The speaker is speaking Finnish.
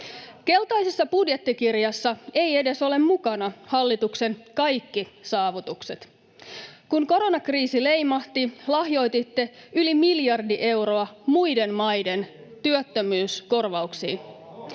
Keltaisessa budjettikirjassa eivät edes ole mukana hallituksen kaikki saavutukset. Kun koronakriisi leimahti, lahjoititte yli miljardi euroa muiden maiden työttömyyskorvauksiin.